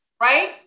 right